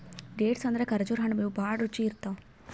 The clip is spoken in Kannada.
ಡೇಟ್ಸ್ ಅಂದ್ರ ಖರ್ಜುರ್ ಹಣ್ಣ್ ಇವ್ ಭಾಳ್ ರುಚಿ ಇರ್ತವ್